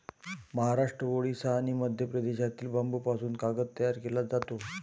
महाराष्ट्र, ओडिशा आणि मध्य प्रदेशातील बांबूपासून कागद तयार केला जातो